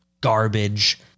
garbage